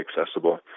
accessible